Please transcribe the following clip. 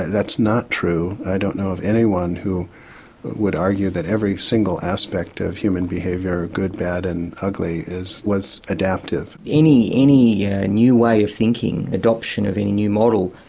that's not true. i don't know of anyone who would argue that every single aspect of human behaviour good, bad and ugly was adaptive. any any yeah new way of thinking, adoption of any new model,